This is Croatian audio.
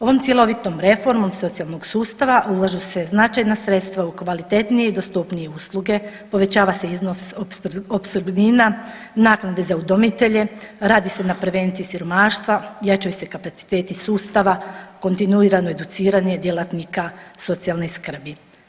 Ovom cjelovitom reformom socijalnog sustava ulažu se značajna sredstva u kvalitetnije i dostupnije usluge, povećava se iznos opskrbnina, naknade za udomitelje, radi se na prevenciji siromaštva, jačaju se kapaciteti sustava, kontinuirano educiranje djelatnika socijalne skrbi.